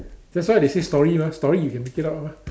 that's why they say story mah story you can make it up mah